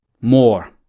more